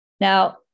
Now